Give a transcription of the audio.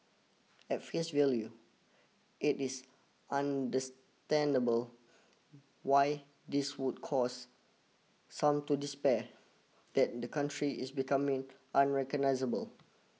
at face value it is understandable why this would cause some to despair that the country is becoming unrecognisable